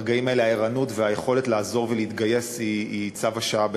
ברגעים האלה ובימים האלה הערנות והיכולת לעזור ולהתגייס הן צו השעה.